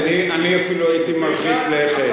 אני אפילו הייתי מרחיק לכת,